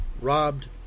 robbed